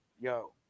yo